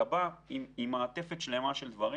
אתה בא עם מעטפת שלמה של דברים.